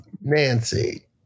Nancy